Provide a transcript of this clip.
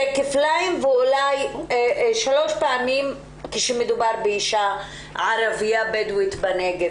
זה כפליים ואולי פי שלושה כשמדובר באישה ערבייה בדואית בנגב,